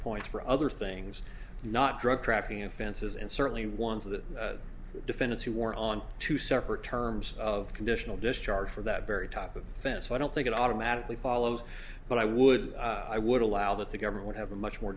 points for other things not drug trafficking offenses and certainly one of the defendants who wore on two separate terms of conditional discharge for that very top of the fence so i don't think it automatically follows but i would i would allow that the government would have a much more